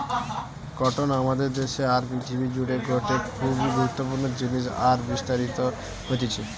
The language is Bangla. কটন আমাদের দেশে আর পৃথিবী জুড়ে গটে খুবই গুরুত্বপূর্ণ জিনিস আর বিস্তারিত হতিছে